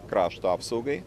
krašto apsaugai